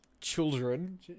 children